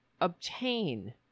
obtain